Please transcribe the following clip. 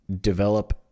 develop